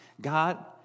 God